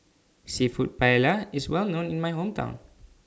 Seafood Paella IS Well known in My Hometown